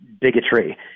bigotry